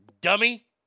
Dummy